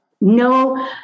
No